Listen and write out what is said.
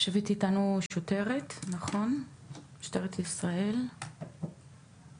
יושבת איתנו שוטרת ממשטרת ישראל, מה שלומך?